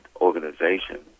organization